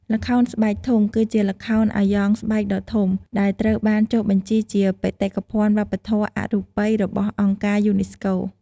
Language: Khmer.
ល្ខោនស្បែកធំ គឺជាល្ខោនអាយ៉ងស្បែកដ៏ធំ ដែលត្រូវបានចុះបញ្ជីជាបេតិកភណ្ឌវប្បធម៌អរូបីរបស់អង្គការយូណេស្កូ។